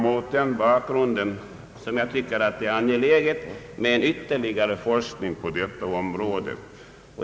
Mot den bakgrunden är det angeläget med ytterligare forskning på detta område.